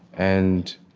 and